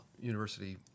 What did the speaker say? university